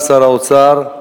לשר האוצר,